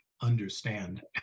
understand